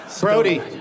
Brody